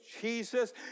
Jesus